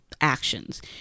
actions